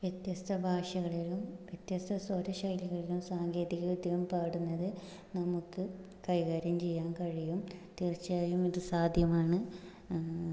വ്യത്യസ്ത ഭാഷകളിലും വ്യത്യസ്ത സ്വരശൈലികളിലും സാങ്കേതികത്യം പാടുന്നത് നമുക്ക് കൈകാര്യം ചെയ്യാൻ കഴിയും തീർച്ചയായും ഇത് സാധ്യമാണ്